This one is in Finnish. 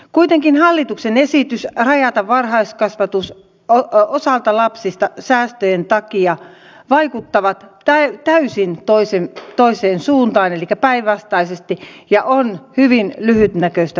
kuitenkin hallituksen esitys jossa rajataan varhaiskasvatus osalta lapsista säästöjen takia vaikuttaa täysin toiseen suuntaan elikkä päinvastaisesti ja on hyvin lyhytnäköistä politiikkaa